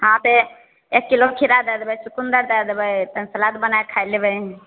हँ तऽ एक किलो खीरा दै देबै चुकुन्दर दै देबै तहन सलाद बनाके खाए लेबै